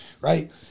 right